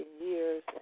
years